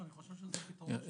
זה פתרון אפשרי.